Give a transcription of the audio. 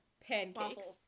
pancakes